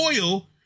oil